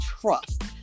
trust